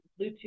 Bluetooth